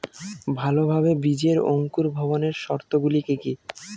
ভালোভাবে বীজের অঙ্কুর ভবনের শর্ত গুলি কি কি?